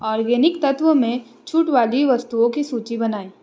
organic तत्त्व में छूट वाली वस्तुओं की सूची बनाएँ